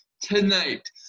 tonight